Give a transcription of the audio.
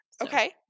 Okay